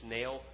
Nail